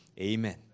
Amen